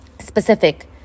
specific